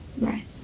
Right